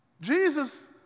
Jesus